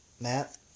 Matt